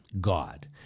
God